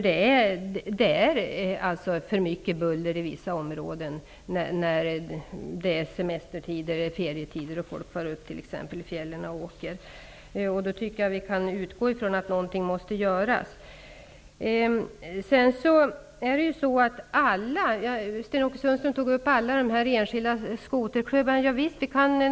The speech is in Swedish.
Det är i vissa områden för mycket buller under semester och ferietider när människor kommer upp i fjällen och åker omkring där. Jag tycker att vi kan utgå från att någonting måste göras. Sten-Ove Sundström menade att alla de enskilda skoterklubbarna bör kontaktas.